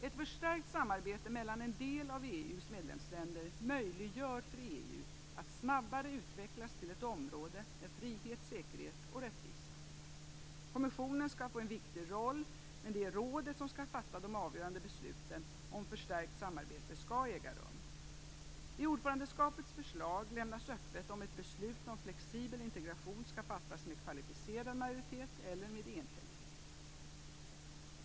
Ett förstärkt samarbete mellan en del av EU:s medlemsländer möjliggör för EU att snabbare utvecklas till ett område med frihet, säkerhet och rättvisa. Kommissionen skall få en viktig roll, men det är rådet som skall fatta de avgörande besluten om förstärkt samarbete skall äga rum. I ordförandeskapets förslag lämnas öppet om ett beslut om flexibel integration skall fattas med kvalificerad majoritet eller med enhällighet.